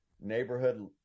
neighborhood